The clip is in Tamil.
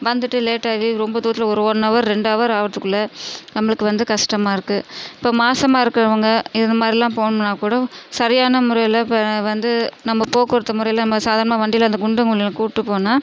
வந்துட்டு லேட் ஆகி ரொம்ப தூரத்தில் ஒரு ஒன் ஹவர் ரெண்டு ஹவர் ஆகறத்துக்குள்ள நம்மளுக்கு வந்து கஷ்டமாக இருக்குது இப்போ மாசமாக இருக்கிறவங்க இது மாதிரில்லாம் போகணுன்னா கூட சரியான முறையில் இப்போ வந்து நம்ம போக்குவரத்து முறையில் நம்ம சாதாரணமாக வண்டியில் இந்த குண்டும் குழியுமாக கூப்பிட்டுப்போனால்